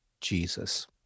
Jesus